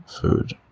food